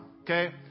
okay